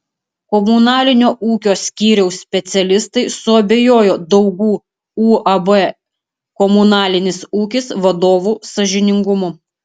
komunalinio ūkio skyriaus specialistai suabejojo daugų uab komunalinis ūkis vadovų sąžiningumu